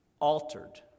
altered